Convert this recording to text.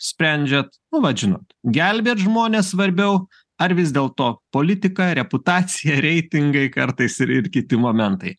sprendžiat nu vat žinot gelbėt žmones svarbiau ar vis dėlto politika reputacija reitingai kartais ir ir kiti momentai